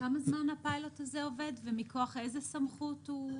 כמה זמן הפיילוט הזה עובד ומכוח איזו סמכות?